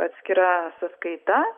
atskira sąskaita